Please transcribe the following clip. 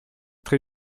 très